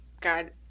God